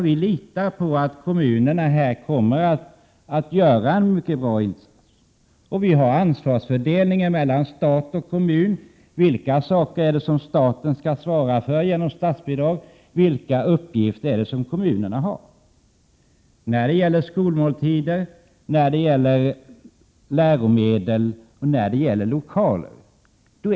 Vi litar på att kommunerna kommer att göra en mycket bra insats. Vi har en ansvarsfördelning mellan stat och kommun som föreskriver vad staten skall svara för genom statsbidrag och vilka uppgifter kommunerna har. Det är kommunernas sak att stå för skolmåltider, läromedel och lokaler.